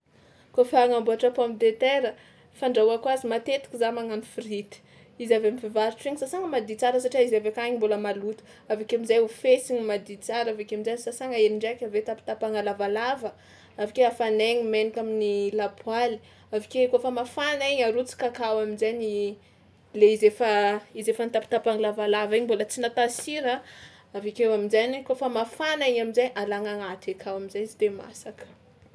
Kaofa hagnamboatra pomme de terre, fandrahoako azy matetika za magnano frity, izy avy am'mpivarotra igny sasagna madio tsara satria izy avy akagny mbôla maloto, avy akeo am'zay hofesigna madio tsara avy akeo amin-jay sasagna hely ndraiky avy eo tapatapahana lavalava avy ake afanaina menaka amin'ny lapoaly avy ake kaofa mafana igny arotsaka akao amin-jainy le izy efa izy efa notapatapaha lavalava igny mbôla tsy nata sira a, avy akeo amin-jainy kaofa mafana igny amin-jay alana agnaty akao am'zay izy de masaka.